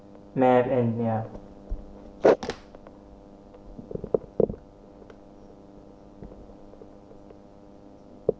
mad and ya